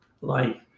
life